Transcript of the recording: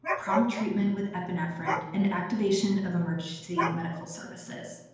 prompt treatment with epinephrine, and activation of emergency medical services.